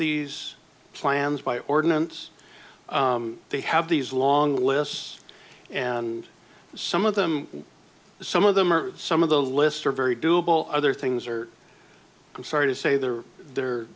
these plans by ordinance they have these long lists and some of them some of them are some of the list are very doable other things are i'm sorry to say there they're